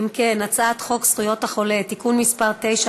חבר הכנסת דב חנין, בבקשה,